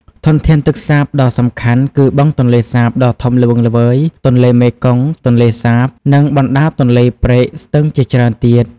ធនធានទឹកសាបដ៏សំខាន់គឺបឹងទន្លេសាបដ៏ធំល្វឹងល្វើយ ទន្លេមេគង្គ ទន្លេសាប និងបណ្ដាញទន្លេ ព្រែក ស្ទឹងជាច្រើនទៀត។